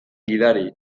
gidari